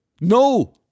No